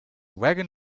wagon